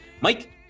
Mike